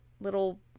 little